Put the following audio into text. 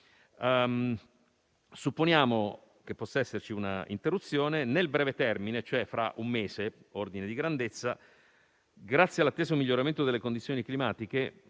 Supponiamo che possa esserci un'interruzione: nel breve termine, cioè fra un mese, come ordine di grandezza, grazie all'atteso miglioramento delle condizioni climatiche,